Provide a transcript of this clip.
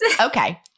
Okay